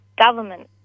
government